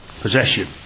Possession